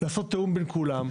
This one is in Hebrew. לעשות תיאום בין כולם,